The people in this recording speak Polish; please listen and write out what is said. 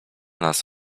nas